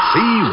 See